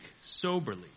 soberly